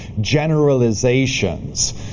generalizations